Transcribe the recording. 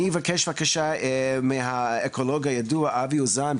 אני אבקש בבקשה מהאקולוג המוכר והידוע אבי אוזן,